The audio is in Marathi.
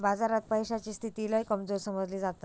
बाजारात पैशाची स्थिती लय कमजोर समजली जाता